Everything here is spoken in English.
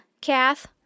Kath